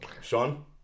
Sean